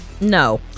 No